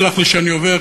סלח לי שאני עובר,